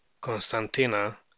Constantina